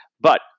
But-